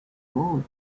gold